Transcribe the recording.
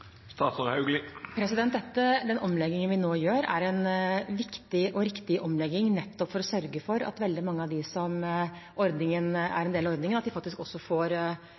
Den omleggingen vi nå gjør, er en viktig og riktig omlegging, nettopp for å sørge for at veldig mange av dem som er en del av ordningen, faktisk også får pensjon. De fleste i dag får